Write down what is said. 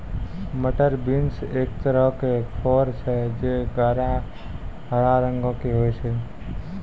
मटर बींस एक तरहो के फर छै जे गहरा हरा रंगो के होय छै